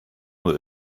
nur